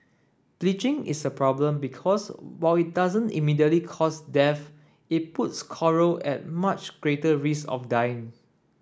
bleaching is a problem because while it doesn't immediately cause death it puts coral at much greater risk of dying